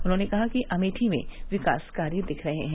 उन्होंने कहा कि अमेठी में विकास कार्य दिख रहे हैं